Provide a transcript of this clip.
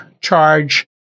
charge